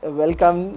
welcome